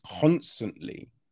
constantly